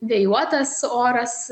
vėjuotas oras